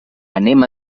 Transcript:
anem